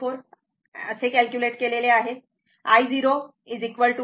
04 असे कॅल्क्युलेट केलेले आहे I0 0